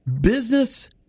Business